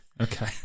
Okay